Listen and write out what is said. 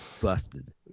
Busted